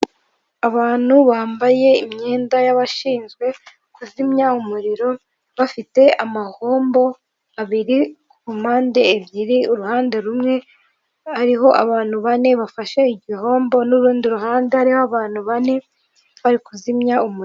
Abantu bambaye imyenda y'abashinzwe kuzimya umuriro, bafite amahombo abiri ku mpande ebyiri, uruhande rumwe hariho abantu bane bafashe igihombo n'urundi ruhande hariho abantu bane bari kuzimya umuriro.